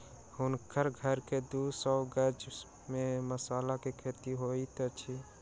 हुनकर घर के दू सौ गज में मसाला के खेती होइत अछि